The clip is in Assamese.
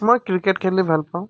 মই ক্ৰিকেট খেলি ভাল পাওঁ